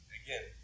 again